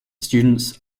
students